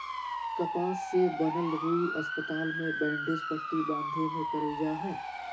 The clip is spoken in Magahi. कपास से बनल रुई अस्पताल मे बैंडेज पट्टी बाँधे मे करल जा हय